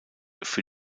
für